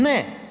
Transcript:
Ne.